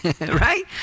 right